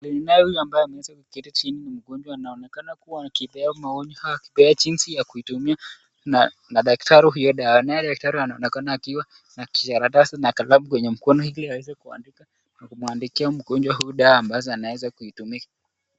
Ni nani huyu ambaye ameweza kuketi chini? Ni mgonjwa. Anaonekana kuwa akipokea maonyo ama akipokea jinsi ya kuitumia na daktari hio dawa. Naye daktari anaonekana akiwa na kikaratasi na kalamu kwenye mkono ili aweze kuandika na kumwandikia mgonjwa huu dawa ambazo anaweza kuitumia.